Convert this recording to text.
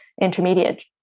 intermediate